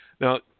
Now